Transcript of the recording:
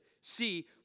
see